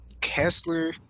Kessler